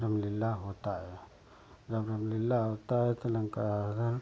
रामलीला होता है जब रामलीला आता है तो लंका हरण